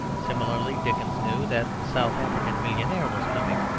similarly, dickens knew that the south african millionaire was coming,